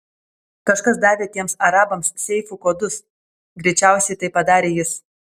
kažkas davė tiems arabams seifų kodus greičiausiai tai padarė jis